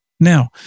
Now